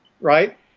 right